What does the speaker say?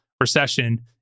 recession